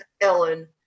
Ellen